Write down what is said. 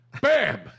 Bam